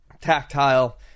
tactile